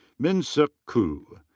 minsuk koo.